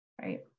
right